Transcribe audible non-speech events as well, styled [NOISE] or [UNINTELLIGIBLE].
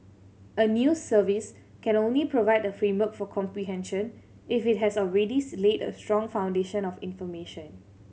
a news service can only provide a framework for comprehension if it has already [UNINTELLIGIBLE] laid a strong foundation of information